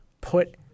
put –